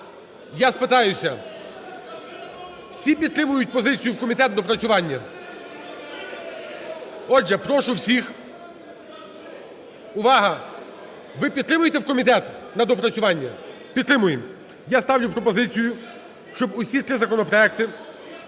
я спитаюся: всі підтримують позицію в комітет на доопрацювання? Отже, прошу всіх… Увага! Ви підтримуєте в комітет на доопрацювання? Підтримуємо. Я ставлю пропозицію, щоб усі три законопроекти